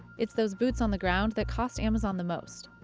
it's those boots on the ground that cost amazon the most.